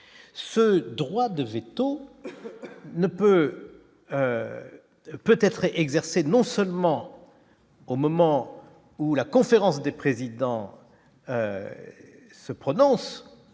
ce droit de véto ne peut peut être exercée, non seulement au moment où la conférence des présidents se prononce